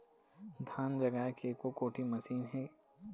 धान जगाए के एको कोठी मशीन हे?